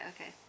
okay